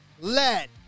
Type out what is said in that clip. let